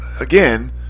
Again